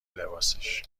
لباسش